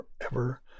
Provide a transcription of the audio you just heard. forever